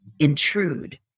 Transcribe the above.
intrude